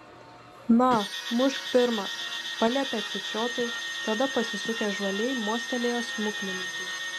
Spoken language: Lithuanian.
na mušk pirmas paliepė čečiotui tada pasisukęs žvaliai mostelėjo smuklininkui